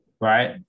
right